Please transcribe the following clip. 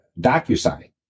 DocuSign